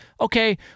okay